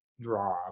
draw